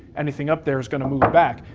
anything up there is gonna move back.